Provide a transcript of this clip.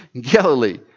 galilee